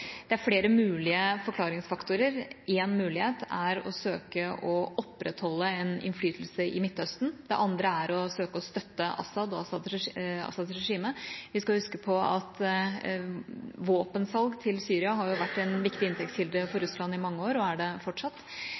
Det er flere mulige forklaringsfaktorer. Én mulighet er å søke å opprettholde en innflytelse i Midtøsten, det andre er å søke å støtte Assad og Assads regime. Vi skal huske på at våpensalg til Syria har vært en viktig inntektskilde for Russland i mange år og er det fortsatt.